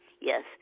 yes